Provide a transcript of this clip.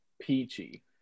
peachy